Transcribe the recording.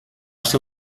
ser